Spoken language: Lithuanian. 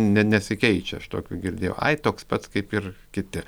ne nesikeičia aš tokių girdėjau ai toks pats kaip ir kiti